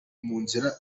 munzira